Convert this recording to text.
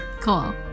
Cool